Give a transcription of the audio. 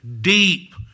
deep